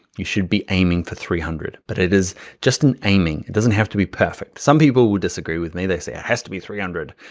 you should be aiming for three hundred. but it is just an aiming, it doesn't have to be perfect. some people would disagree with me, they say it has to be three hundred.